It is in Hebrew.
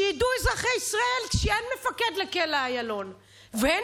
שידעו אזרחי ישראל שאין מפקד לכלא איילון ואין